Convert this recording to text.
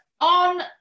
on